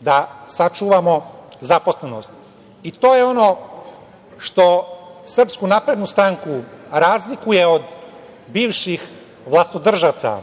da sačuvamo zaposlenost. To je ono što SNS razlikuje od bivših vlastodržaca